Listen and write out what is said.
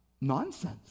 nonsense